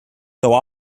though